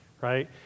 right